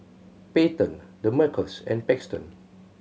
Payton Demarcus and Paxton